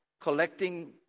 collecting